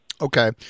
Okay